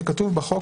זה כתוב בחוק,